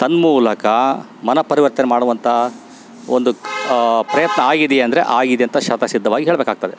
ತನ್ಮೂಲಕ ಮನಃಪರಿವರ್ತನೆ ಮಾಡುವಂಥ ಒಂದು ಪ್ರಯತ್ನ ಆಗಿದೆಯೆ ಅಂದರೆ ಆಗಿದೆ ಅಂತ ಶತಃಸಿದ್ದವಾಗಿ ಹೇಳ್ಬೇಕಾಗ್ತದೆ